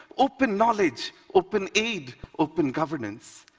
open knowledge, open aid, open governance,